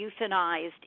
euthanized